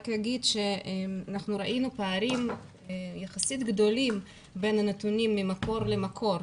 אני רק אומר שאנחנו ראינו פערים יחסית גדולים בין הנתונים ממקור למקור,